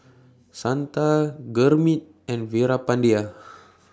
Santha Gurmeet and Veerapandiya